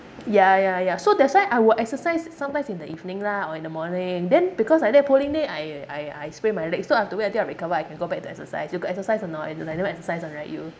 ya ya ya so that's why I will exercise sometimes in the evening lah or in the morning then because like that polling day I I I sprain my leg so I have to wait until I recover I can go back to exercise you got exercise or not you like never exercise [one] right you